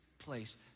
place